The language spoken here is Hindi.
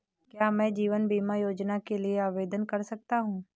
क्या मैं जीवन बीमा योजना के लिए आवेदन कर सकता हूँ?